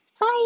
Bye